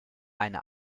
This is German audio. eine